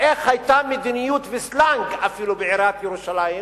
ואיך היתה מדיניות, וסלנג אפילו, בעיריית ירושלים,